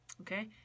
Okay